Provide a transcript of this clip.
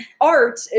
art